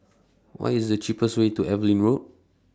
What IS The cheapest Way to Evelyn Road